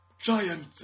giant